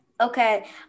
Okay